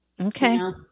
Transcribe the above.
okay